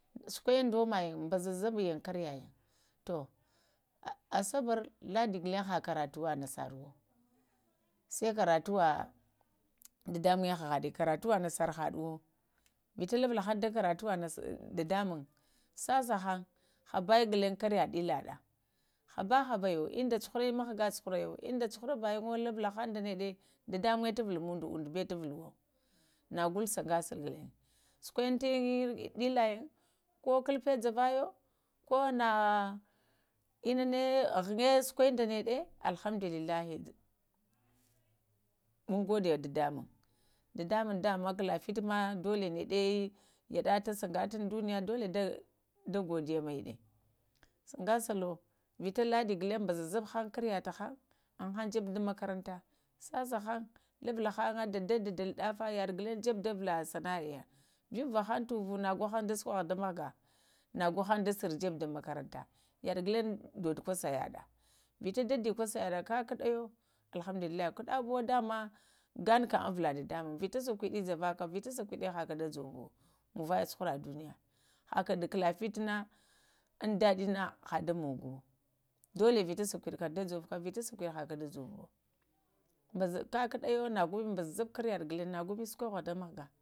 Sukwə da omayin bazəzəbyin karayən to asabar, ladə ghulŋə ha karatuwa nasaruwo, sai karatuwa dadamuŋə hahaɗa, karatuwa nasara haɗuwa, vita lubulahan dadamuŋm sa sa ha habayə ghulaŋe kara ɗəlaɗa habahayo inda cuhura mghga cuhuroyo inda cuhara bayŋwo lubula haŋ da neɗa dadamuŋye tuval umundo undo bawo ta vulowo na golo sogasa ghulaəe suƙ wəyin ko kalfa javayo ko na ghnya sukwayin da naɗe alhamdullillahə mun goda dada muŋm, dadamuŋ da ma kla fətə ma dolə naɗe yad'ata sagasa duniya da godiya maɗə, sagasalo vita laɗa gulaŋə bazab han karatahaŋ, əehan jabe dum makaranta, sasahan lubula haŋga dada-dadal ɗafa, yaɗa ghulaŋe jebe da vala sana'aya, vuvahan tuvu nago han sukoha da mghga, nogo han da sar jeɓu dun makaranta, yaɗa ghulaŋ dodi kosayaɗa vita dadəkosayaɗa kakaɗayə alhamdulillahə kaɗabiyio da ma ganu kam əeva dadamiŋm, vita sakwidə javaka, vita sakwidə haka da jəvuwo, manvayə cuhuraduniya, aka dukala fitina na indaɗənə ha ɗamogowo dələ vita sakuɗika da jovo vita sakwəɗə kə haka da jovo bazə kaka ɗayo gwə ɓazab karaɗayo go me sukoha da mghga.